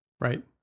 Right